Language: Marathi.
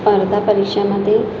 स्पर्धा परीक्षामध्ये